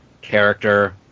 character